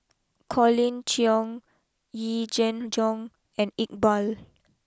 Colin Cheong Yee Jenn Jong and Iqbal